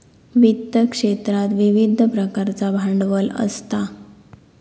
वित्त क्षेत्रात विविध प्रकारचा भांडवल असता